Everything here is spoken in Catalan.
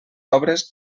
obres